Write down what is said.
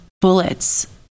bullets